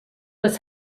was